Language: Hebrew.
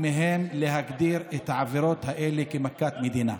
להגדיר את העבירות האלה כמכת מדינה.